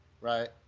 right